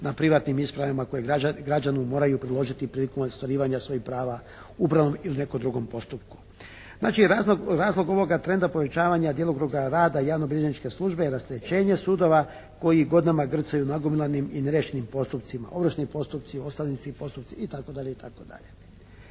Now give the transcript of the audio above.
na privatnim ispravama koje građani moraju priložiti prilikom ostvarivanja svojih prava u upravnom ili nekom drugom postupku. Znači razlog ovoga trenda povećanja djelokruga rada javnobilježničke službe je rasterećenje sudova koji godinama grcaju nagomilanim i neriješenim postupcima, ovršni postupci, ostavinski postupci, itd.,